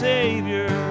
Savior